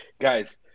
guys